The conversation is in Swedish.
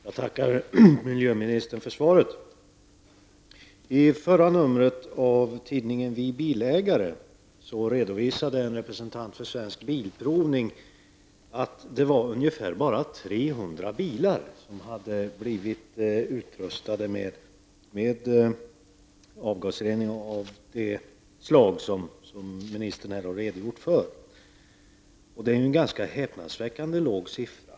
Herr talman! Jag tackar miljöministern för svaret. I förra numret av tidningen Vi bilägare redovisade en representant för svensk bilprovning att bara ungefär 300 bilar hade blivit utrustade med avgasrening av det slag som ministern har redogjort för. Det är en ganska häpnadsväckande låg siffra.